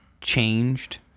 changed